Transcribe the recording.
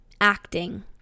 acting